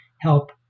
help